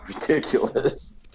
ridiculous